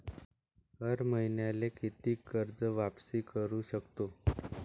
हर मईन्याले कितीक कर्ज वापिस करू सकतो?